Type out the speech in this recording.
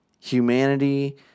humanity